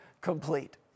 complete